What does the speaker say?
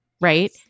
right